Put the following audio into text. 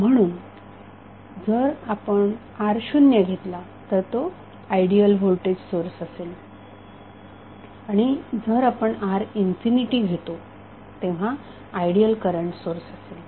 म्हणून जर आपण R शून्य घेतला तर तो आयडियल व्होल्टेज सोर्स असेल आणि जर आपण R इन्फिनिटी घेतो तेव्हा आयडियल करंट सोर्स असेल